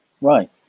right